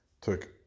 took